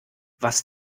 was